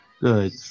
Good